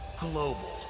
global